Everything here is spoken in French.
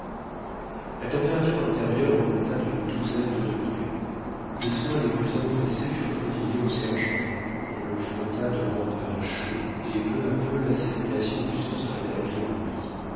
la température intérieure remonta d'une douzaine de degrés les soins les plus empressés furent prodigués au sergent on le frotta de brandevin chaud et peu à peu la circulation du sang se rétablit en lui